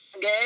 good